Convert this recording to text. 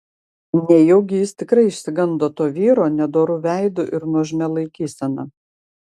nejaugi jis tikrai išsigando to vyro nedoru veidu ir nuožmia laikysena